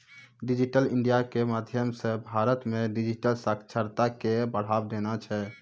digital India के माध्यम से भारत मे डिजिटल साक्षरता के बढ़ावा देना छै